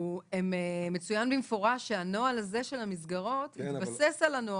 מצוין במפורש שהנוהל הזה של המסגרות מתבסס על הנוהל